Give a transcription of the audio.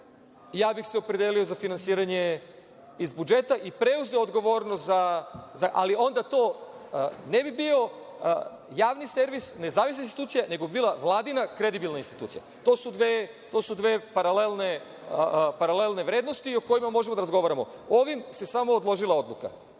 ja bih se opredelio za finansiranje iz budžeta i preuzeo odgovornost, ali onda to ne bio javni servis, nezavisna institucija nego bi bila vladina kredibilna institucija. To su dve paralelne vrednosti o kojima možemo da razgovaramo. Ovim se samo odložila odluka.